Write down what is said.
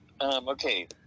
Okay